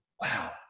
Wow